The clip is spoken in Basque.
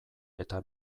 eta